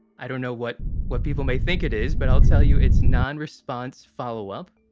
i don't know what what people may think it is, but i'll tell you, it's nonresponse. follow up.